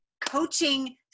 coaching